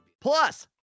Plus